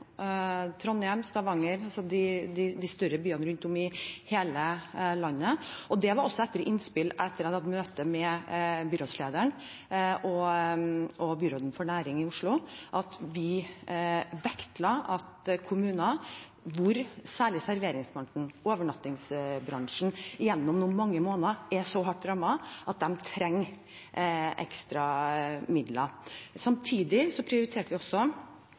Trondheim, Stavanger, de større byene rundt om i hele landet. Det var også etter innspill i møter med byrådslederen og byråden for næring i Oslo, at vi vektla at kommuner hvor særlig serveringsbransjen og overnattingsbransjen gjennom mange måneder er så hardt rammet, trenger ekstra midler. Samtidig prioriterte vi også